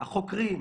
החוקרים.